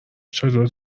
چادرت